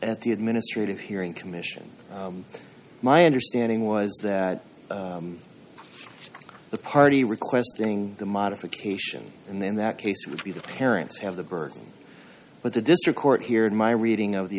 at the administrative hearing commission my understanding was that the party requesting the modification in that case would be the parents have the burden but the district court here in my reading of the